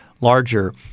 larger